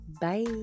Bye